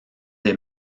des